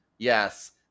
Yes